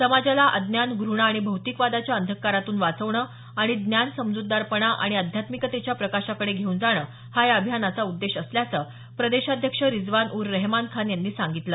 समाजाला अज्ञान घृणा आणि भौतिकवादाच्या अंधकारातून वाचवणं आणि ज्ञान समज्रतदारपणा आणि अध्यात्मिकतेच्या प्रकाशाकडे घेऊन जाणं हा या अभियानाचा उद्देश असल्याचं प्रदेशाध्यक्ष रिजवान उर रहेमान खान यांनी सांगितलं